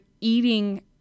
eating